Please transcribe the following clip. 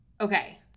Okay